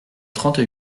trente